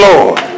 Lord